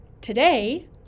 today